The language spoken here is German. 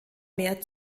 mehr